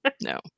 no